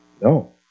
No